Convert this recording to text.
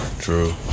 True